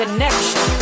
Connection